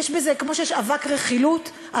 כמו שיש אבק רכילות,